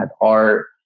art